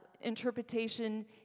interpretation